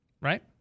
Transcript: right